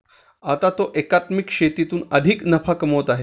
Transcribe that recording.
आता तो एकात्मिक शेतीतून अधिक नफा कमवत आहे